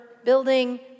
Building